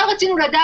זה לא מה שהם רצו הם